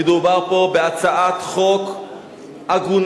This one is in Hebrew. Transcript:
מדובר פה בהצעת חוק הגונה,